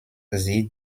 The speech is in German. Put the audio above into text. sie